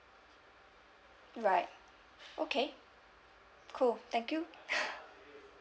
right okay cool thank you